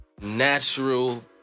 natural